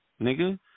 nigga